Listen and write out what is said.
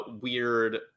weird